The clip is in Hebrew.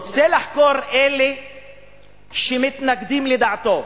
רוצה לחקור את אלה שמתנגדים לדעתו.